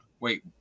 Wait